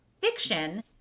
fiction